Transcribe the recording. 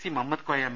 C Mammadkoya M